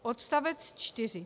Odstavec 4.